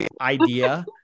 idea